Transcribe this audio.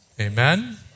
Amen